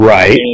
Right